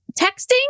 texting